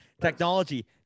Technology